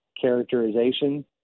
characterization